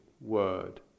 word